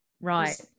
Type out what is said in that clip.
right